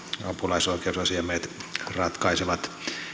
apulaisoikeusasiamiehet ratkaisevat